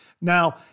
Now